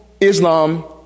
Islam